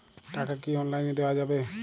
টাকা কি অনলাইনে দেওয়া যাবে?